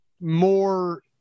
more